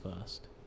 first